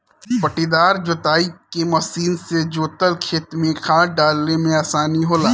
पट्टीदार जोताई के मशीन से जोतल खेत में खाद डाले में आसानी होला